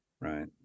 Right